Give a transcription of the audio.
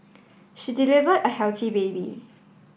she delivered a healthy baby